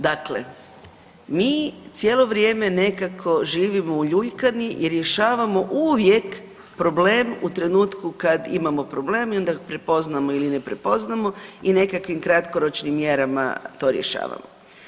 Dakle, mi cijelo vrijeme živimo uljuljkani i rješavamo uvijek problem u trenutku kad imamo problem i onda ga prepoznamo ili ne prepoznamo i nekakvim kratkoročnim mjerama to rješavamo.